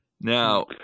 Now